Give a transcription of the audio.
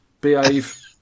Behave